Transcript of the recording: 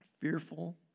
fearful